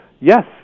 Yes